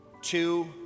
Two